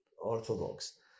Orthodox